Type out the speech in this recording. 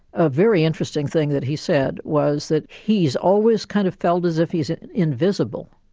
a very interesting thing that he said was that he's always kind of felt as if he's invisible.